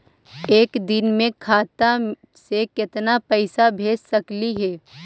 एक दिन में खाता से केतना पैसा भेज सकली हे?